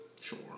Sure